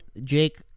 Jake